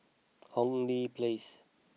Hong Lee Place